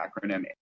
acronym